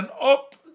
up